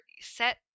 set